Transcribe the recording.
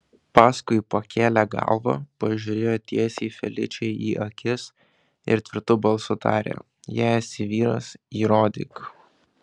paskui pakėlė galvą pažiūrėjo tiesiai feličei į akis ir tvirtu balsu tarė jei esi vyras įrodyk